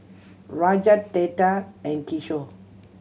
Rajat Tata and Kishore